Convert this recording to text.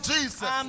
Jesus